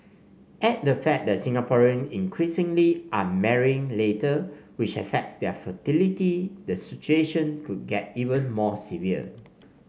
add the fact that Singaporean increasingly are marrying later which affects their fertility the situation could get even more severe